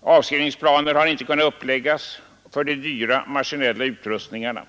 Avskrivningsplaner har inte kunnat uppläggas för de dyra maskinella utrustningarna.